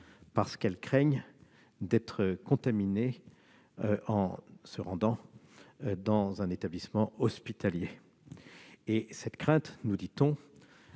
parce qu'elles craignent d'être contaminées en se rendant dans un établissement hospitalier. Cette crainte, nous dit-on,